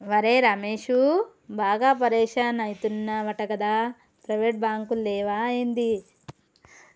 ఒరే రమేశూ, బాగా పరిషాన్ అయితున్నవటగదా, ప్రైవేటు బాంకులు లేవా ఏంది